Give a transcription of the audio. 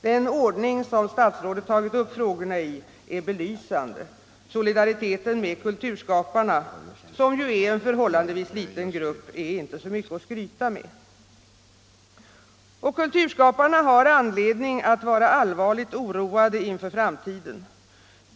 Den ordning som statsrådet tagit upp frågorna i är belysande. Solidariteten med kulturskaparna, som ju är en förhållandevis liten grupp, är inte så mycket att skryta med. Och kulturskaparna har anledning att vara allvarligt oroade inför framtiden.